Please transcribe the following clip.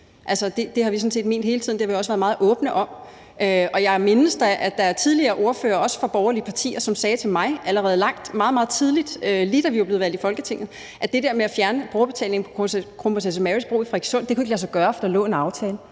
det har vi også været meget åbne om. Og jeg mindes da, at der er tidligere ordførere, også fra borgerlige partier, som sagde til mig, lige da vi var blevet valgt ind i Folketinget, at det der med at fjerne brugerbetalingen på Kronprinsesse Marys Bro i Frederikssund ikke kunne lade sig gøre, for der lå en aftale.